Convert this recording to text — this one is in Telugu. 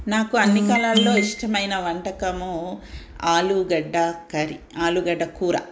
నాకు అన్ని కాలాల్లో ఇష్టమైన వంటకము ఆలుగడ్డ కర్రీ ఆలుగడ్డ కూర